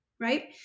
Right